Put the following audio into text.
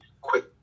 quick